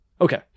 Okay